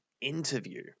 interview